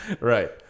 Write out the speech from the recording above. Right